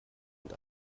und